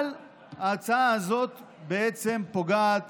אבל ההצעה הזאת בעצם פוגעת